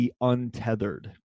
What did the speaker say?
untethered